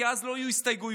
כי אז לא יהיו הסתייגויות,